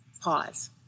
pause